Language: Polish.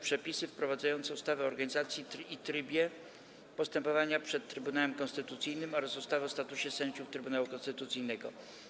Przepisy wprowadzające ustawę o organizacji i trybie postępowania przed Trybunałem Konstytucyjnym oraz ustawę o statusie sędziów Trybunału Konstytucyjnego.